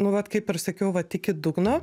nu vat kaip ir sakiau vat iki dugno